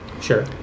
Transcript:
sure